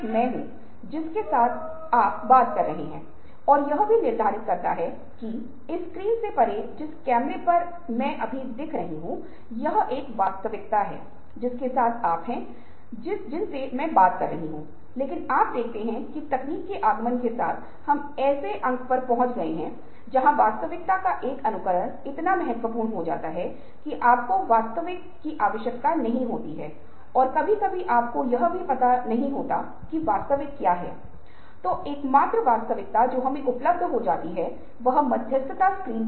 सबसे पहले यह है कि विचारों की तलाश करें चाहे वह पुराना हो या नया हो विचारों को किताबें पत्रिकाओं लेखों अध्ययन नवाचार परिवर्तन रचनात्मकता को पढ़ें और उसी समय आप दूसरों के साथ विचार मंथन करें